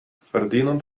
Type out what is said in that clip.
ferdinand